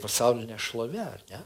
pasaulinė šlovė ar ne